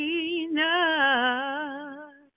enough